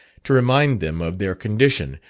to remind them of their condition,